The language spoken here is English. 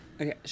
okay